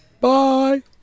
Bye